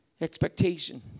Expectation